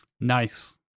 Nice